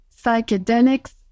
Psychedelics